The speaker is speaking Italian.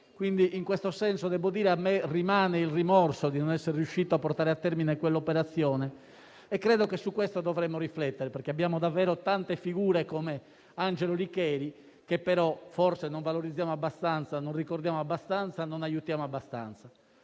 in questo senso, a me rimane il rimorso di non essere riuscito a portare a termine quell'operazione e credo che su questo dovremmo riflettere, perché abbiamo davvero tante figure come Angelo Licheri, che però forse non valorizziamo, non ricordiamo e non aiutiamo abbastanza.